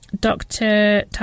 Doctor